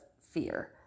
fear